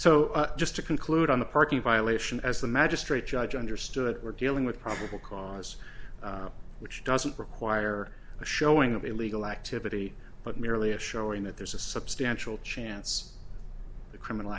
so just to conclude on the parking violation as the magistrate judge understood we're dealing with probable cause which doesn't require a showing of illegal activity but merely a showing that there's a substantial chance the criminal